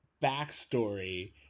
backstory